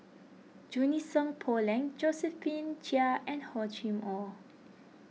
Junie Sng Poh Leng Josephine Chia and Hor Chim or